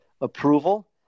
approval